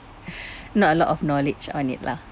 not a lot of knowledge on it lah